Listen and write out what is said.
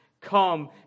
Come